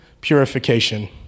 purification